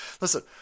Listen